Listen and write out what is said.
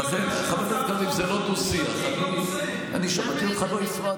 אבל אדוני, לא הגשתם הצעת חוק, בנושא.